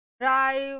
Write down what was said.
drive